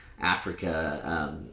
Africa